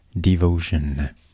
devotion